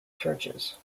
churches